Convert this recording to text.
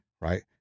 right